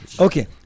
Okay